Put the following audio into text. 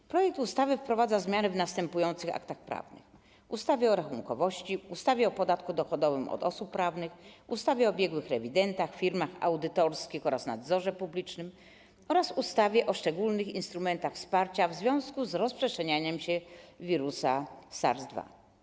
W projekcie ustawy wprowadza się zmiany w następujących aktach prawnych: ustawie o rachunkowości, ustawie o podatku dochodowym od osób prawnych, ustawie o biegłych rewidentach, firmach audytorskich oraz nadzorze publicznym oraz ustawie o szczególnych instrumentach wsparcia w związku z rozprzestrzenianiem się wirusa SARS-CoV-2.